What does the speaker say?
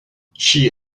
she